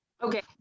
Okay